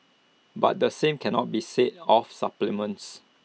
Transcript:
but the same cannot be said of supplements